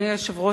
אדוני היושב-ראש,